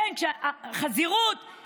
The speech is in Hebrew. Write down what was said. חזירות, חזירות.